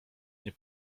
nie